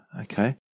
okay